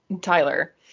Tyler